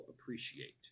appreciate